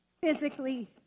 physically